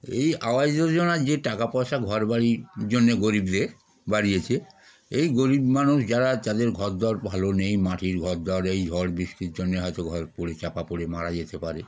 এই আবাস যোজনায় যে টাকা পয়সা ঘরবাড়ির জন্যে গরীবদের বাড়িয়েছে এই গরীব মানুষ যারা তাদের ঘরদোর ভালো নেই মাটির ঘরদোর এই ঝড় বৃষ্টির জন্য হয়তো ঘর পড়ে চাপা পড়ে মারা যেতে পারে